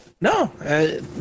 No